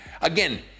Again